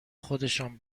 خودشان